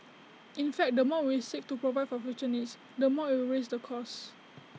in fact the more we seek to provide for future needs the more IT will raise the cost